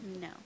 No